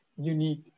unique